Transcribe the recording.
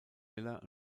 miller